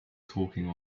talking